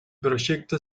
proyecto